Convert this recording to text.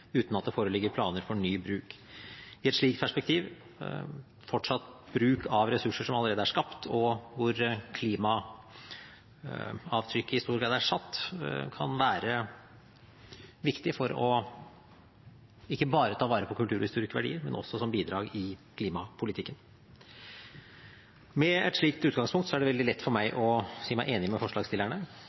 uten at det foreligger planer for ny bruk. I et slikt perspektiv vil fortsatt bruk av ressurser som allerede er skapt, og hvor klimaavtrykket i stor grad er satt, være viktig for ikke bare å ta vare på kulturhistoriske verdier, men også som bidrag i klimapolitikken. Med et slikt utgangspunkt er det veldig lett for meg å si meg enig med forslagsstillerne